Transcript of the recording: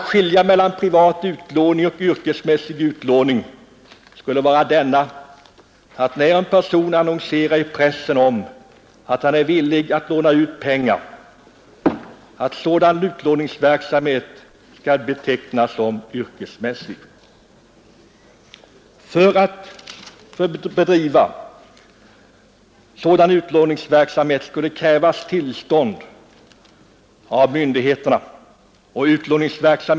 Skillnaden mellan privat utlåning och yrkesmässig utlåning skulle i så fall vara den att när en person annonserar i pressen om att han är villig att låna ut pengar, så skall den verksamheten betecknas som yrkesmässig. För att bedriva sådan utlåningsverksamhet skulle krävas tillstånd av myndigheterna.